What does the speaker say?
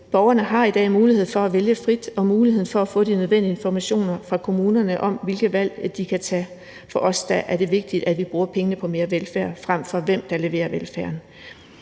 Borgerne har i dag mulighed for at vælge frit og muligheden for at få de nødvendige informationer fra kommunerne om, hvilke valg de kan tage. For os er det vigtigt, at vi bruger pengene på mere velfærd, frem for hvem der leverer velfærden.